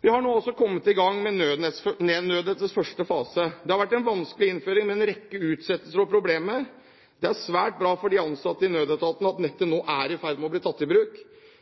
Vi har nå kommet i gang med nødnettets første fase. Det har vært en vanskelig innføring, med en rekke utsettelser og problemer. Det er svært bra for de ansatte i nødetatene at nettet nå er i ferd med å bli tatt i bruk.